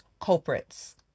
Culprits